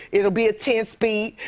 it'll be a ten speed.